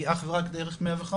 היא אך ורק דרך 105,